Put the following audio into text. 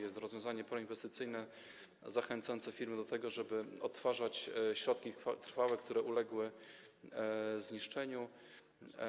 Jest rozwiązanie proinwestycyjne, zachęcające firmy do tego, żeby odtwarzać środki trwałe, które uległy zniszczeniu.